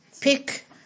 Pick